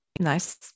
Nice